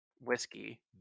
whiskey